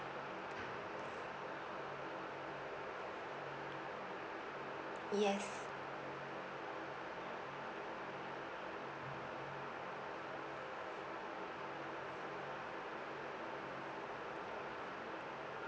yes